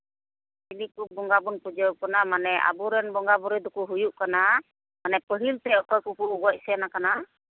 ᱪᱤᱞᱤ ᱠᱚ ᱵᱚᱸᱜᱟᱵᱚᱱ ᱯᱩᱡᱟᱹᱣ ᱠᱚ ᱠᱟᱱᱟ ᱢᱟᱱᱮ ᱟᱵᱚᱨᱮᱱ ᱵᱚᱸᱜᱟᱼᱵᱩᱨᱩ ᱫᱚᱠᱚ ᱦᱩᱭᱩᱜ ᱠᱟᱱᱟ ᱢᱟᱱᱮ ᱯᱟᱹᱦᱤᱞ ᱛᱮ ᱚᱠᱚᱭ ᱠᱚᱠᱚ ᱜᱚᱡ ᱥᱮᱱ ᱠᱟᱱᱟ